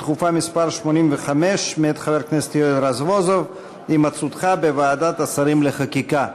דחופה מס' 85 מאת חבר הכנסת יואל רזבוזוב: הימצאותך בוועדת השרים לחקיקה.